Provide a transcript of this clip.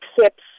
accepts